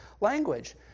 language